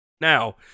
Now